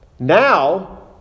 Now